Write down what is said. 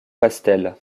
pastel